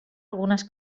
algunes